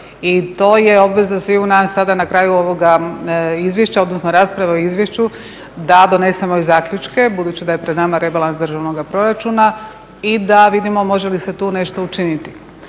I to je obveza sviju nas sada na kraju ovoga izvješća, odnosno rasprave o izvješću da donesemo i zaključke budući da je pred nama rebalans državnoga proračuna i da vidimo može li se tu nešto učiniti.